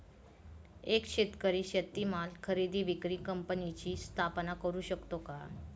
एक शेतकरी शेतीमाल खरेदी विक्री कंपनीची स्थापना करु शकतो का?